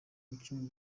umukinnyi